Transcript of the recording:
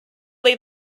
lay